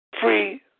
Free